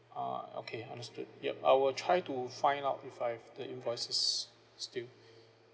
ah okay understood yup I will try to find out if I've the invoices still